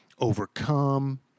overcome